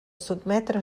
sotmetre